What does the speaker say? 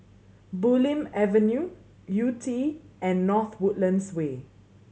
Bulim Avenue Yew Tee and North Woodlands Way